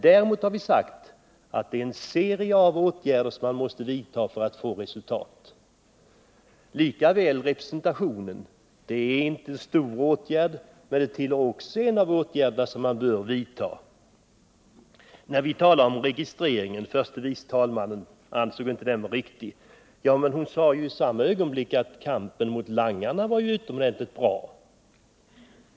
Däremot har vi sagt att det är en serie av åtgärder som man måste vidta för att få resultat. Detsamma gäller representationen. Det är inte någon stor åtgärd, men den utgör en av de åtgärder man bör vidta. Förste vice talmannen ansåg inte att registrering är en riktig åtgärd. Men hon sade i samma ögonblick att kampen mot langarna är utomordentligt bra.